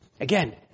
Again